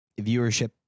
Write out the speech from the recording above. viewership